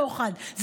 מותר לקחת שוחד,